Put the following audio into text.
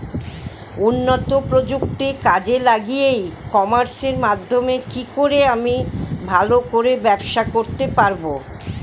উন্নত প্রযুক্তি কাজে লাগিয়ে ই কমার্সের মাধ্যমে কি করে আমি ভালো করে ব্যবসা করতে পারব?